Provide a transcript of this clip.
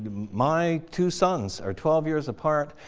my two sons are twelve years apart.